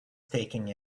taking